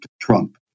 Trump